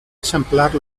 eixamplar